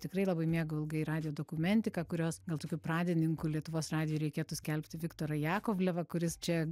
tikrai labai mėgau ilgai radijo dokumentiką kurios gal tokiu pradininku lietuvos radijui reikėtų skelbti viktorą jakovlevą kuris čia